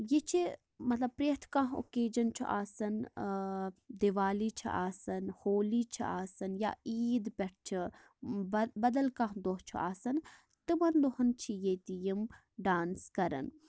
یہِ چھِ مَطلَب پریٚتھ کانٛہہ اوکیجَن چھُ آسان دِوالی چھِ آسان ہولی چھِ آسان یا عیٖد پیٚٹھ چھِ بَدَل کانٛہہ دۄہ چھُ آسان تمن دۄہَن چھِ ییٚتہِ یِم ڈانس کَرَان